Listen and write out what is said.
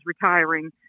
retiring